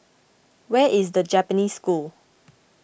where is the Japanese School